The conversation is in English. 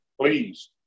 please